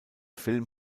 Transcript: film